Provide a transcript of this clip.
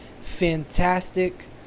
Fantastic